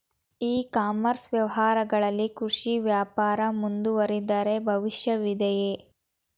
E commerce ವ್ಯವಹಾರಗಳಲ್ಲಿ ಕೃಷಿ ವ್ಯಾಪಾರ ಮುಂದುವರಿದರೆ ಭವಿಷ್ಯವಿದೆಯೇ?